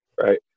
right